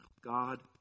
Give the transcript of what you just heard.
God